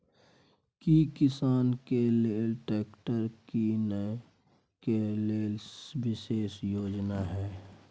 की किसान के लेल ट्रैक्टर कीनय के लेल विशेष योजना हय?